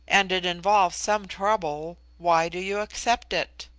and it involves some trouble, why do you accept it?